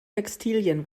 textilien